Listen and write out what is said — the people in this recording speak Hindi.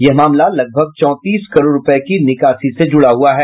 यह मामला लगभग चौंतीस करोड़ रूपये की निकासी से जूड़ा है